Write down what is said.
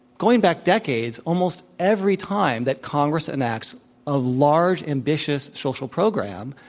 going back decades, almost every time thatcongress enacts a large ambitious social program,